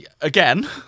Again